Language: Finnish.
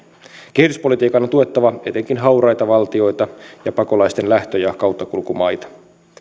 kehityspolitiikan on tuettava etenkin hauraita valtioita ja pakolaisten lähtö ja kauttakulkumaita